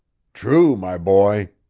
true, my boy.